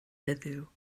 heddiw